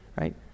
right